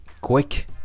quick